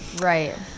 right